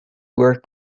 were